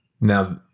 Now